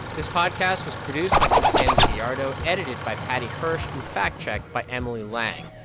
this podcast was produced by constanza gallardo, edited by paddy hirsch and fact-checked by emily lang.